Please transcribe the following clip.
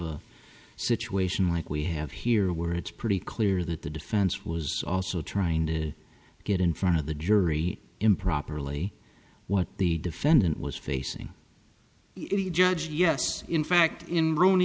a situation like we have here where it's pretty clear that the defense was also trying to get in front of the jury improperly what the defendant was facing if he judged yes in fact in r